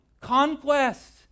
Conquest